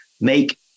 make